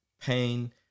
pain